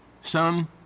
Son